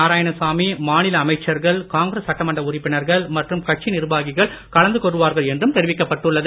நாராயணசாமி மாநில அமைச்சர்கள் காங்கிரஸ் சட்டமன்ற உறுப்பினர்கள் மற்றும் கட்சி நிர்வாகிகள் கலந்து கொள்வார்கள் என்றும் தெரிவிக்கப்பட்டுள்ளது